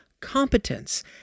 competence